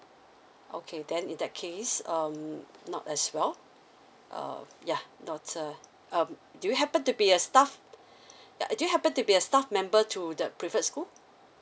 okay then in that case um not as well err yeah daughter um do you happen to be a staff err do you happen to be a staff member to the preferred school